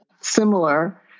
similar